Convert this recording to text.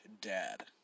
dad